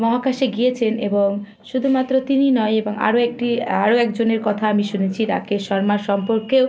মহাকাশে গিয়েছেন এবং শুধুমাত্র তিনি নয় এবং আরো একটি আরো একজনের কথা আমি শুনেছি রাকেশ শর্মা সম্পর্কেও